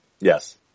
Yes